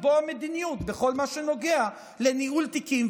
לקבוע מדיניות בכל מה שנוגע לניהול תיקים.